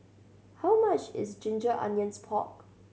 how much is ginger onions pork